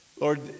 Lord